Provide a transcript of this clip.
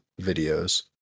videos